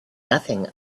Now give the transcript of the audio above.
nothing